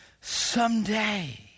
Someday